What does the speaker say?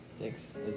thanks